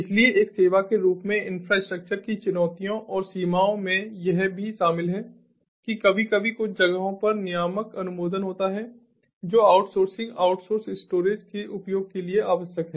इसलिए एक सेवा के रूप में इंफ्रास्ट्रक्चर की चुनौतियों और सीमाओं में यह भी शामिल है कि कभी कभी कुछ जगहों पर नियामक अनुमोदन होता है जो आउटसोर्सिंग आउटसोर्स स्टोरेज के उपयोग के लिए आवश्यक है